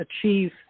achieve